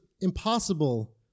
impossible